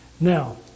Now